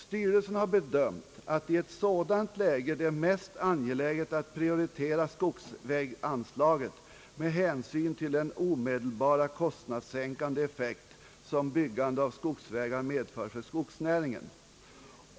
Styrelsen har bedömt att i ett sådant läge det är mest angeläget att prioritera skogsväganslaget med hänsyn till den omedelbara kostnadssänkande effekt som byggande av skogsvägar medför för skogsnäringen.